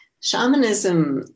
shamanism